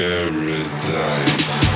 Paradise